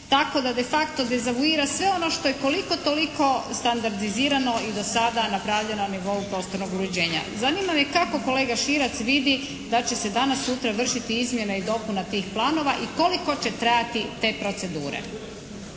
tako da de facto dezavuira sve ono što je koliko toliko standardizirano i do sada napravljeno na nivou prostornog uređenja. Zanima me kako kolega Širac vidi da će se danas-sutra vršiti izmjene i dopune tih planova i koliko će trajati te procedure.